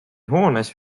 hoones